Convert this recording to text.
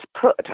put